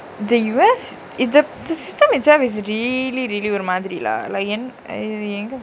the U_S ithap~ this system itself is really really ஒருமாதிரி:orumaathiri lah like en~ !aiyo! எங்க:enga